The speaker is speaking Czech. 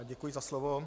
Děkuji za slovo.